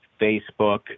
Facebook